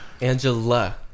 Angela